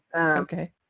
Okay